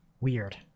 weird